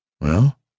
Well